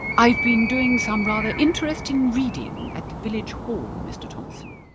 i've been doing some rather interesting reading at the village hall, mister thompson,